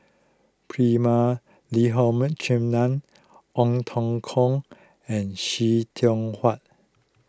Prema Ong Teng Koon and See Tiong Wah